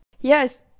Yes